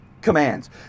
commands